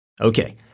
Okay